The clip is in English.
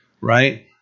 right